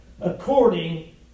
according